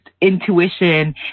intuition